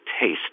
taste